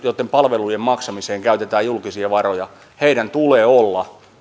joitten palvelujen maksamiseen käytetään julkisia varoja tulee olla